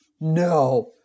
No